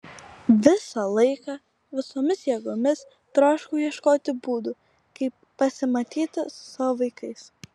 visą laiką visomis jėgomis troškau ieškoti būdų kaip pasimatyti su savo vaikais